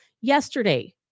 Yesterday